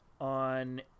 on